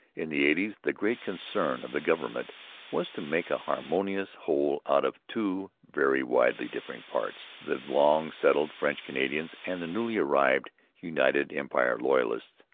in the eighties the great concern of the government was to make a harmonious whole out of two very widely differing parts the long-settled french canadians and the newly arrived united empire loyalists.